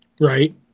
Right